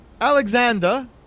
Alexander